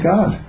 God